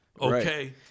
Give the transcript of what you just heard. Okay